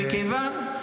--- אתה עוסק בעיקר.